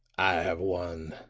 i have won,